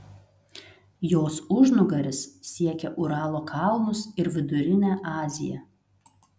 jos užnugaris siekia uralo kalnus ir vidurinę aziją